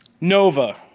Nova